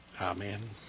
Amen